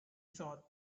thought